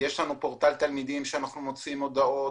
יש פורטל תלמידים שאנחנו מוציאים הודעות,